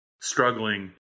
struggling